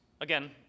Again